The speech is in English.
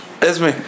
Esme